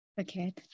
Okay